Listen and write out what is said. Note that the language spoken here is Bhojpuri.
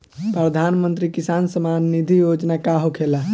प्रधानमंत्री किसान सम्मान निधि योजना का होखेला?